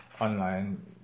online